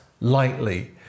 lightly